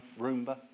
Roomba